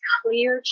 clear